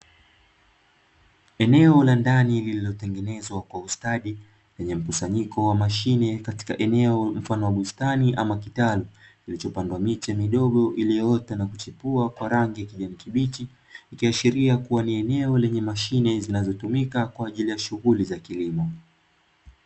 Eneo la ndani liliotengenezwa kwa ustadi lenye mkusanyiko wa mashine katika eneo mfano wa bustani, ama kitaru kilichopandwa miche midogo, iliyoota na kuchepua kwa rangi ya kijani kibichi. Ikiashiria kuwa ni eneo lenye mashine zinazotumika kwa ajili ya kilimo.